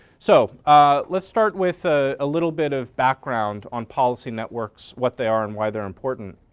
so ah let's start with a ah little bit of background on policy networks, what they are and why they are important.